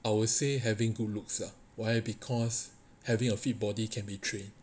I would say having good looks lah why because having a fit body can be trained